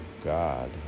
God